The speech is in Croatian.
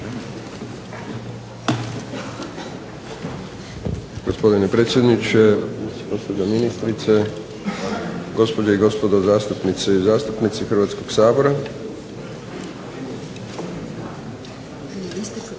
Gospodine predsjedniče, gospođo ministrice, gospođe i gospodo zastupnice i zastupnici Hrvatskoga sabora. Kad je u